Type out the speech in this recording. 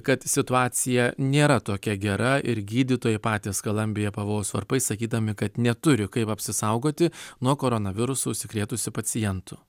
kad situacija nėra tokia gera ir gydytojai patys skalambija pavojaus varpais sakydami kad neturi kaip apsisaugoti nuo koronavirusu užsikrėtusių pacientų